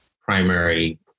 primary